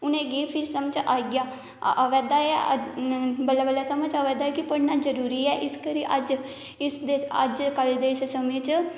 उनेंगी फिह् समझ आई गया अवारदा ऐ बल्लें बल्लें समझ अवा दा कि पढ़ना जरुरी ऐ इस करियै अजकल दे इस समें च